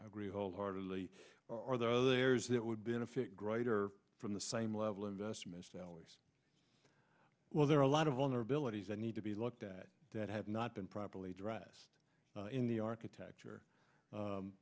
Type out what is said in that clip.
i agree wholeheartedly or there are there is that would benefit greater from the same level investments dollars well there are a lot of vulnerabilities that need to be looked at that have not been properly addressed in the architecture